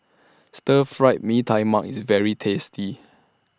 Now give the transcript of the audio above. Stir Fried Mee Tai Mak IS very tasty